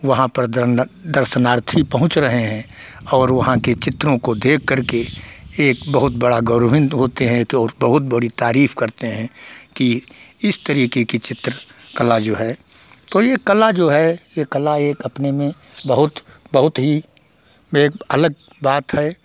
वहाँ पर दर्शनार्थी पहुँच रहे हैं और वहाँ के चित्रों को देखकर के एक बहुत बड़ा गौरविंद होते हैं तो और बहुत बड़ी तारीफ़ करते हैं कि इस तरीके की चित्र कला जो है कोई एक कला जो है ये कला एक अपने में बहुत बहुत ही बे एक अलग बात है